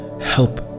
help